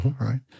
right